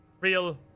Real